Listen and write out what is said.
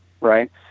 right